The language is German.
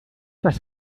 das